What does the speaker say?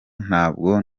ntabwo